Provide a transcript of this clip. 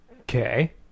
okay